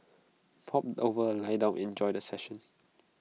pop over lie down and enjoy the session